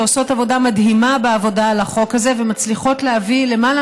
שעושות עבודה מדהימה בעבודה על החוק הזה ומצליחות להביא לכך שלמעלה